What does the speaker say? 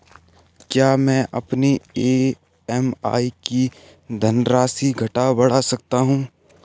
क्या मैं अपनी ई.एम.आई की धनराशि घटा बढ़ा सकता हूँ?